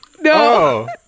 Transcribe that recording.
No